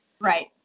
right